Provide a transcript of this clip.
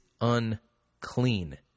unclean